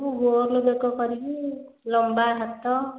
ମୁଁ ଗୋଲ ବେକ କରିବି ଲମ୍ବା ହାତ